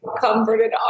Comforted